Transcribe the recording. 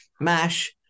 mash